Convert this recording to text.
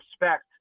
respect